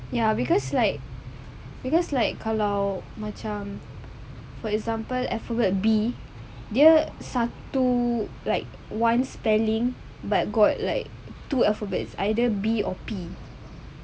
ya because like because like kalau macam for example alphabet B dia satu like one spelling but got like two alphabets either B or P